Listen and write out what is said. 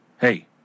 Hey